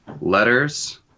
Letters